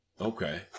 Okay